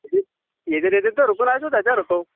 یہِ ییٚتیٚن ییٚتیٚن ژےٚ رُکُن آسوٕ تتیٚن رُکو